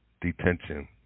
Detention